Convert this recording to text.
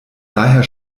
daher